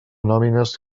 nòmines